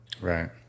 Right